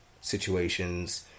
situations